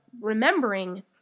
remembering